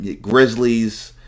Grizzlies